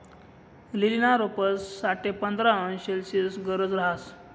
लीलीना रोपंस साठे पंधरा अंश सेल्सिअसनी गरज रहास